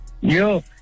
yo